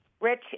Rich